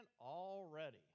already